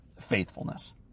faithfulness